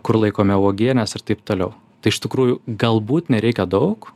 kur laikome uogienes ir taip toliau tai iš tikrųjų galbūt nereikia daug